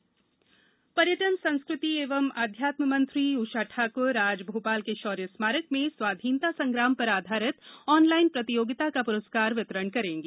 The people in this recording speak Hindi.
पुरस्कार वितरण पर्यटन संस्कृति एवं अध्यात्म मंत्री सुश्री उषा ठाकुर आज भोपाल के शौर्य स्मारक में स्वाधीनता संग्राम पर आधारित ऑनलाइन प्रतियोगिता का पुरस्कार वितरण करेंगी